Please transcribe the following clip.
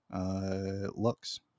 looks